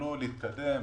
יכלו להתקדם,